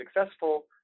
successful